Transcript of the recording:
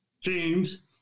James